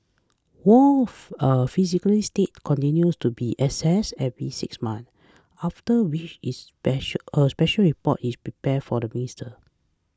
Wong's a psychiatric state continues to be assessed every six months after which is a special report is prepared for the minister